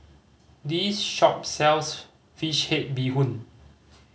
this shop sells fish head bee hoon